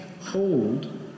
hold